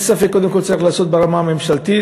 אין ספק, קודם כול צריך לעשות ברמה הממשלתית.